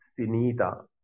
Sinita